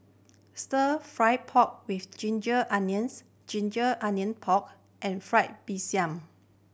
Stir Fry pork with ginger onions ginger onion pork and fried Mee Siam